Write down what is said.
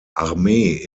armee